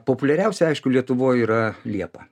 populiariausia aišku lietuvoj yra liepa